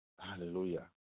Hallelujah